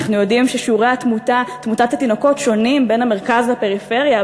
אנחנו יודעים ששיעורי תמותת התינוקות שונים בין המרכז לפריפריה,